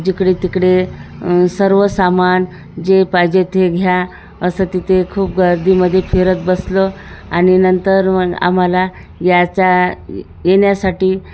जिकडे तिकडे सर्व सामान जे पाहिजे ते घ्या असं तिथे खूप गर्दीमध्ये फिरत बसलो आणि नंतर मग आम्हाला याच्या येण्यासाठी